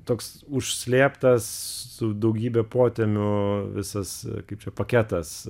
toks užslėptas su daugybe potemių visas kaip čia paketas